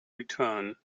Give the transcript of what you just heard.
return